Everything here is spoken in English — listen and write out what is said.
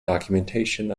documentation